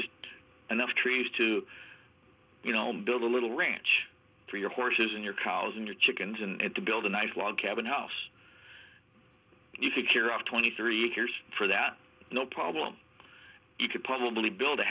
just enough trees to you know build a little ranch for your horses and your cows and your chickens and to build a nice log cabin house you could hear of twenty thirty years for that no problem you could probably build a